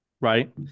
Right